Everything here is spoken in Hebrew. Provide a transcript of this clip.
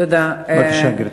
בבקשה, גברתי.